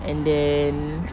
and then